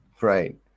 right